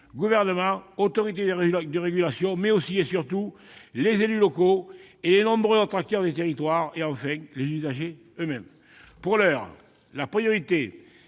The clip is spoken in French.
Gouvernement, aux autorités de régulation, mais aussi- et surtout -aux élus locaux et aux nombreux autres acteurs des territoires, ainsi qu'aux usagers eux-mêmes. Pour l'heure, la priorité